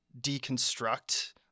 deconstruct